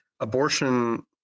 Abortion